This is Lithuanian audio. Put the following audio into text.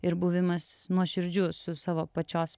ir buvimas nuoširdžiu savo pačios